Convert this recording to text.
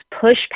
push